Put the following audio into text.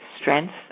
strength